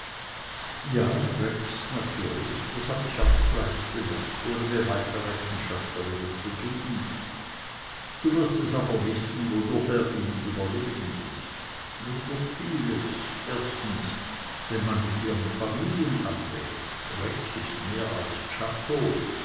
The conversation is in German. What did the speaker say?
ja rex natürlich das hab ich auch gleich bemerkt ohne mir weiter rechenschaft darüber zu gehen du wirst es aber wissen wodurch er ihm überlegen ist durch vieles erstens wenn man die familien abwägt rex ist mehr als czako